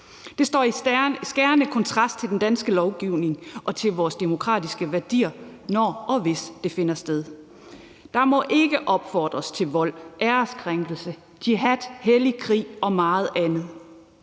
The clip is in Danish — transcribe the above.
Det står i skærende kontrast til den danske lovgivning og til vores demokratiske værdier, når og hvis det finder sted. Der må ikke opfordres til vold, æreskrænkelse, jihad, hellig krig og meget andet.